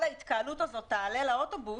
כל ההתקהלות הזאת תעלה לאוטובוס,